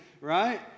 right